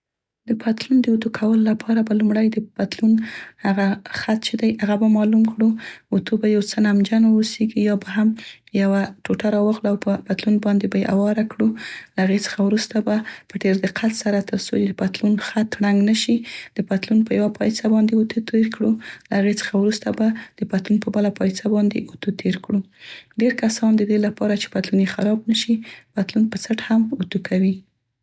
د پتلون د اوتو کولو لپاره به لومړۍ د پتلون هغه خط چې دی هغه به معلوم کړ، اوتو به یو څه نمجن واوسیګي، یا به هم یوه ټوټه راواخلو او په پتلون باندې به یې هواره کړو، له هغې څخه وروسته به په ډير دقت سره د پتلون یوه پایڅه باندې اوتو تیر کړو، تر څو د پتلون خط ړنګ نشي، له هغې څخه وروسته به د پتلون په پله پایڅه باندې اوتو تیر کړو. ډیر کسان د دې لپاره چې پتلون یې خراب نشي پتلون په څټ هم اوتو کوي.